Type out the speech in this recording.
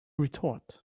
retort